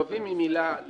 לווים עם הילה.